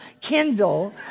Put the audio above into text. Kindle